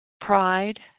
pride